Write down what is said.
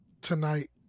tonight